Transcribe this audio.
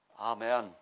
Amen